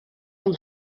yng